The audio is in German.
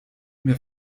mir